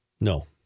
No